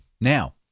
now